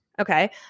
Okay